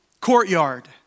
courtyard